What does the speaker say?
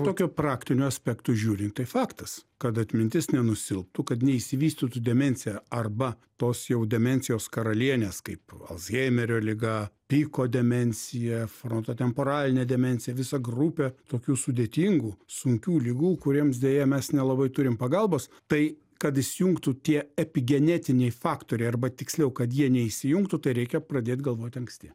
tokiu praktiniu aspektu žiūrint tai faktas kad atmintis nenusilptų kad neišsivystytų demencija arba tos jau demencijos karalienės kaip alzhaimerio liga piko demencija fronto temporalinė demencija visa grupė tokių sudėtingų sunkių ligų kuriems deja mes nelabai turim pagalbos tai kad įsijungtų tie epigenetiniai faktoriai arba tiksliau kad jie neįsijungtų tai reikia pradėt galvoti anksti